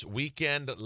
weekend